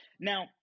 Now